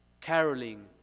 caroling